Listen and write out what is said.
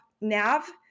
nav